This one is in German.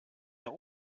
der